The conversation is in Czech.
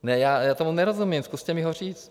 Ne, já tomu nerozumím, zkuste mi ho říct.